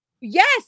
Yes